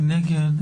מי נגד?